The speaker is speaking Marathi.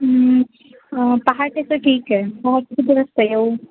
पहाटेचं ठीक आहे किती वाजता येऊ